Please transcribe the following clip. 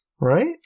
right